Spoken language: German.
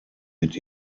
mit